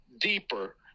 deeper